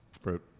Fruit